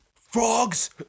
frogs